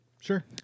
Sure